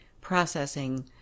processing